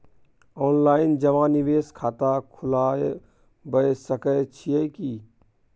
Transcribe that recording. Online जमा निवेश खाता खुलाबय सकै छियै की?